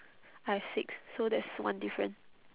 I have six so that's one different